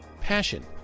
Passion